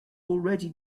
already